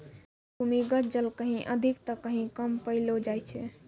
भूमीगत जल कहीं अधिक त कहीं कम पैलो जाय छै